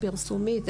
הפרסומית,